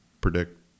predict